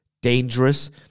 dangerous